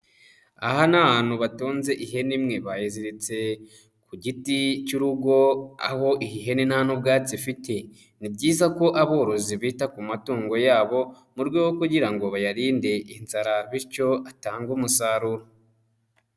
Aha ni ahantu batunze ihene imwe, bayiziritse ku giti cy'urugo ,aho ihene nta n'ubwatsi ifite, ni byiza ko aborozi bita ku matungo yabo mu rwego kugira ngo bayarinde inzara, bityo atange umusaruro.